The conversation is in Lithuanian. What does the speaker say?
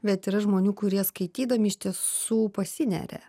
bet yra žmonių kurie skaitydami iš tiesų pasineria